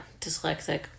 dyslexic